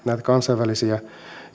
kansainvälisiä